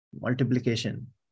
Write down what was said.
Multiplication